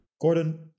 Gordon